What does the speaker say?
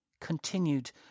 continued